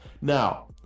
Now